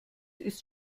ist